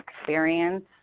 experience